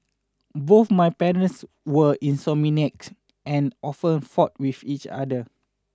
both my parents were insomniacs and often fought with each other